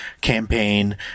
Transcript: campaign